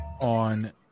on